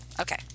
Okay